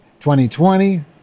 2020